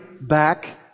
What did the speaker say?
back